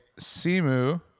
Simu